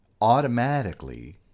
automatically